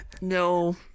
No